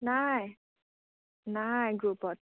নাই নাই গ্ৰুপত